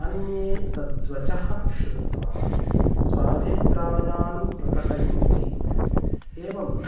अन्ये तद्वचः श्रुत्वा स्वाभिप्रायान् प्रकटयन्ति एवम्